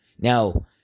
Now